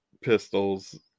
pistols